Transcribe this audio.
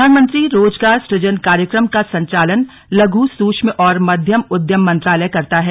प्रधानमंत्री रोजगार सुजन कार्यक्रम का संचालन लघु सूक्ष्म और मध्यम उद्यम मंत्रालय करता है